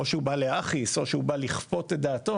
או שהוא בא להכעיס או שהוא בא לכפות את דעתו,